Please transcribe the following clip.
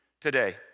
today